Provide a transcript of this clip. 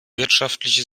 wirtschaftliche